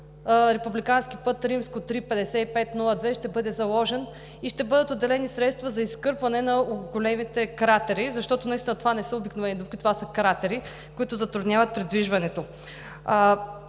път III-5502 и ще бъдат отделени средства за изкърпване на големите кратери, защото наистина това не са обикновени дупки, това са кратери, които затрудняват придвижването.